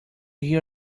hear